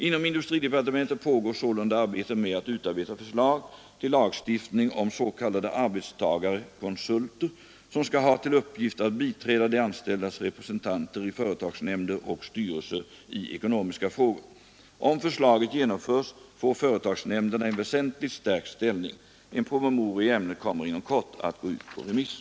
Inom industridepartementet pågår sålunda arbetet med att utarbeta förslag till lagstiftning om s.k. arbetstagerekonsulter som skall ha till uppgift att biträda de anställdas representanter i företagsnämnder och styrelser i ekonomiska frågor. Om förslaget genomförs får företagsnämnderna en väsentligt stärkt ställning. En promemoria i ämnet kommer inom kort att gå ut på remiss.